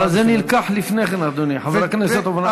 אבל זה נלקח לפני כן, אדוני, חבר הכנסת הופמן.